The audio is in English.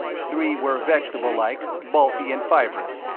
three were vegetable-like, bulky and fibrous,